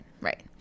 right